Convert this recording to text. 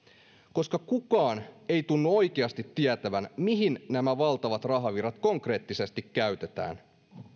koska kukaan ei tunnu oikeasti tietävän mihin nämä valtavat rahavirrat konkreettisesti käytetään